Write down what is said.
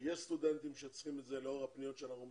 שיש סטודנטים שצריכים את זה לאור הפניות שאנחנו מקבלים.